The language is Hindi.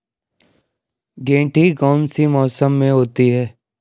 गेंठी कौन से मौसम में होती है?